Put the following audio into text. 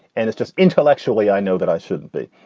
and it's just intellectually, i know that i shouldn't be.